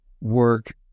work